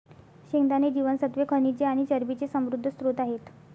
शेंगदाणे जीवनसत्त्वे, खनिजे आणि चरबीचे समृद्ध स्त्रोत आहेत